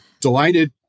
delighted